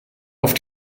auf